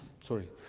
sorry